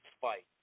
fight